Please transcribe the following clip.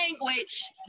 language